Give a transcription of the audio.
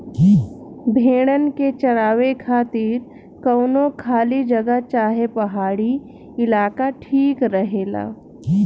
भेड़न के चरावे खातिर कवनो खाली जगह चाहे पहाड़ी इलाका ठीक रहेला